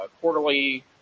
quarterly